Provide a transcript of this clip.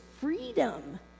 freedom